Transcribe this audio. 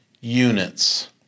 units